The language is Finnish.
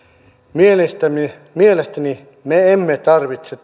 mielestäni mielestäni me emme tarvitse